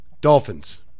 Dolphins